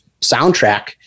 soundtrack